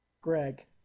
Greg